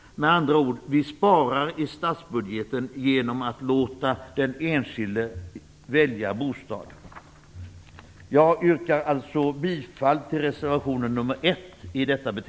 Med andra ord sparar vi i statsbudgeten genom att låta den enskilde välja bostad. Jag yrkar bifall till reservation nr 1.